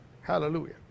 Hallelujah